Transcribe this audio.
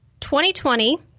2020